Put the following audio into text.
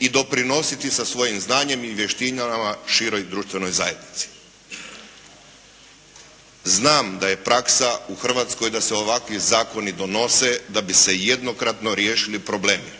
i doprinositi svojim znanjem i vještinama široj društvenoj zajednici. Znam da je praksa u Hrvatskoj da se ovakvi zakoni donose da bi se jednokratno riješili problemi,